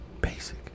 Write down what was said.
Basic